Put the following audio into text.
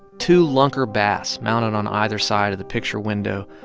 two lunker bass mounted on either side of the picture window,